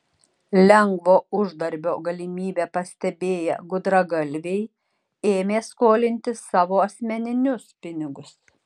lengvo uždarbio galimybę pastebėję gudragalviai ėmė skolinti savo asmeninius pinigus